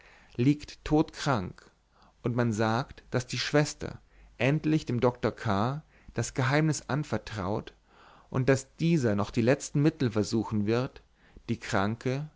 liegt todkrank und man sagt daß die schwester endlich dem doktor k das geheimnis anvertraut und daß dieser noch die letzten mittel versuchen wird die kranke